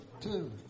two